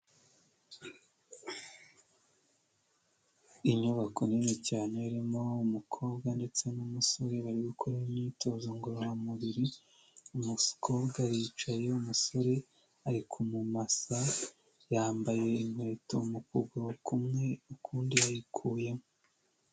Inyubako nini cyane irimo umukobwa ndetse n'umusore bari gukora imyitozo ngororamubiri, umukobwa yicaye umusore ari kumumasa, yambaye inkweto mu kuguru kumwe ukundi yayikuyemo.